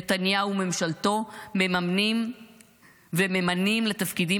נתניהו וממשלתו מממנים וממנים לתפקידים